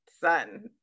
son